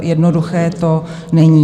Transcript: Jednoduché to není.